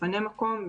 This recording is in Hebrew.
מפנה מקום,